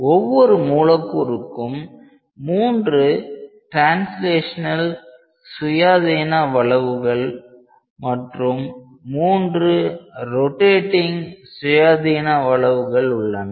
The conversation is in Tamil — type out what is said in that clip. ஒவ்வொரு மூலக்கூறுக்கும் மூன்று ட்ரான்ஸ்லாஷனல் சுயாதீனவளவுகள் மற்றும் மூன்று ரொடேடிங் சுயாதீனவளவுகள் உள்ளன